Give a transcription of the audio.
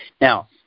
Now